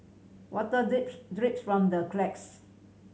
water drips from the cracks